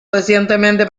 recientemente